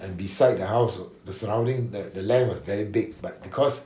and beside the house the surrounding th~ the land was very big but because